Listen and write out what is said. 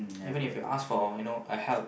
even if you ask for you know a help